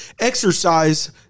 exercise